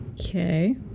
Okay